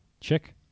Chick